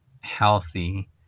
healthy